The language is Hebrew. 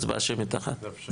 הצבעה שמית אחת.